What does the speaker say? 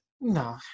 no